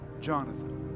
Jonathan